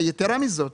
ויתרה מזאת,